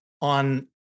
on